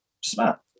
Smart